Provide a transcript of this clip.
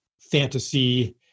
fantasy